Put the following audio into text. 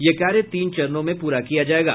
यह कार्य तीन चरणों में पूरा किया जायेगा